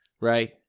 Right